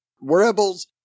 Rebels